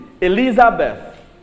Elizabeth